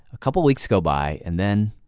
a couple weeks go by, and then